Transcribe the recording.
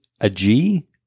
A-G